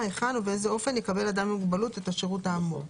היכן ובאיזה אופן יקבל אדם עם מוגבלות את השירות האמור.